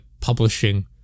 publishing